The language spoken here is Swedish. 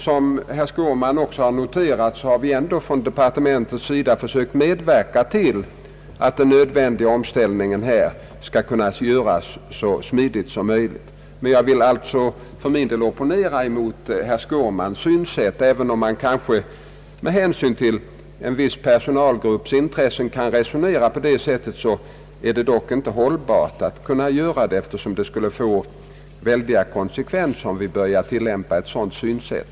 Som herr Skårman också har noterat har departementet ändå sökt medverka till att den nödvändiga omställningen skall kunna göras så smidigt som möjligt. Jag vill alltså för min del opponera emot herr Skårmans synsätt. även om man kanske med hänsyn till en viss personalgrupps intressen kan resonera på det sätt han gör, är det dock inte hållbart att göra det. Det skulle nämligen få väldiga konsekvenser, om vi började tillämpa ett sådant synsätt.